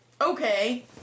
okay